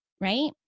right